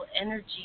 energy